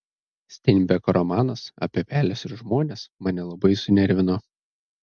steinbeko romanas apie peles ir žmones mane labai sunervino